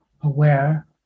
aware